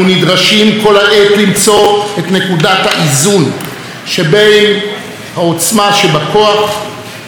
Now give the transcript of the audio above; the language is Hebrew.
את נקודת האיזון שבין העוצמה שבכוח לעוצמה שבאיפוק,